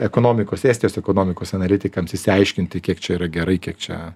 ekonomikos estijos ekonomikos analitikams išsiaiškinti kiek čia yra gerai kiek čia